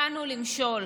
באנו למשול.